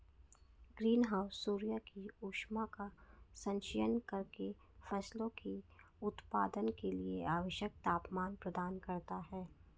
green house सूर्य की ऊष्मा का संचयन करके फसलों के उत्पादन के लिए आवश्यक तापमान प्रदान करता है